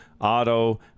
auto